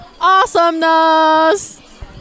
Awesomeness